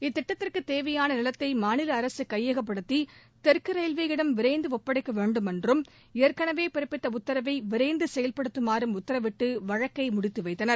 இத்திட்டத்திற்கு தேவையான நிலத்தை மாநில அரசு கையகப்படுத்தி தெற்கு ரயில்வேயிடம் விரைந்து ஒப்படைக்க வேண்டுமென்று ஏற்கனவே பிறப்பித்த உத்தரவை விரைந்து செயல்படுத்தமாறு உத்தரவிட்டு வழக்கை முடித்து வைத்தனர்